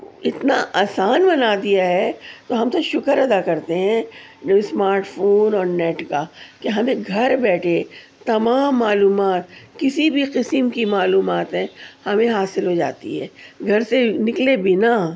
اتنا آسان بنا دیا ہے تو ہم تو شکر ادا کرتے ہیں اسمارٹ فون اور نیٹ کا کہ ہمیں گھر بیٹھے تمام معلومات کسی بھی قسم کی معلومات ہیں ہمیں حاصل ہو جاتی ہیں گھر سے نکلے بنا